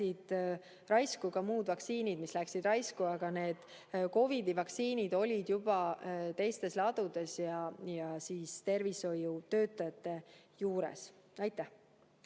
läksid raisku, ka muud vaktsiinid, mis läksid raisku, aga COVID‑i vaktsiinid olid teistes ladudes ja tervishoiutöötajate juures. Aitäh!